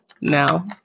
now